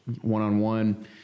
one-on-one